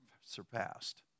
surpassed